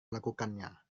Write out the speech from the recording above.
melakukannya